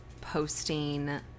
posting